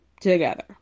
together